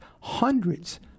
hundreds